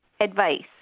advice